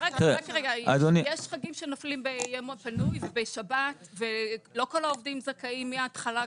יש חגים שנופלים בימי שבת ולא כל העובדים זכאים מהתחלה.